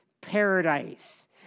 paradise